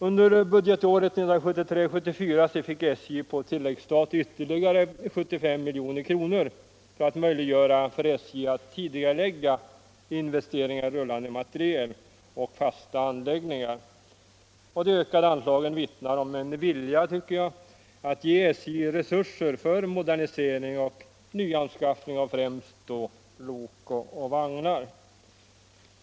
Under budgetåret 1973/74 fick SJ på tilläggsstat ytterligare 75 milj.kr. för att möjliggöra tidigareläggning av investeringar i rullande materiel och fasta anläggningar. Jag tycker att de ökade anslagen vittnar om en vilja att ge SJ resurser för modernisering och nyanskaffning av främst lok och vagnar.